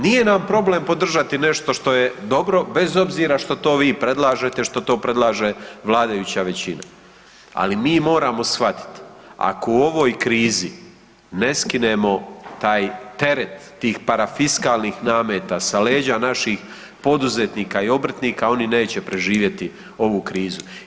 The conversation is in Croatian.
Nije nam problem podržati nešto što je dobro, bez obzira što to vi predlažete, što to predlaže vladajuća većina, ali moramo shvatiti ako u ovoj krizi ne skinemo taj teret tih parafiskalnih nameta sa leđa naših poduzetnika i obrtnika oni neće preživjeti ovu krizu.